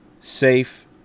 Safe